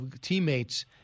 teammates